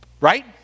right